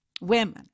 women